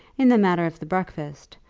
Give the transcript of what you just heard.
in the matter of the breakfast,